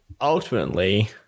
ultimately